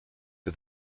for